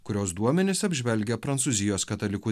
kurios duomenis apžvelgia prancūzijos katalikų